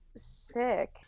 Sick